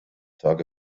talk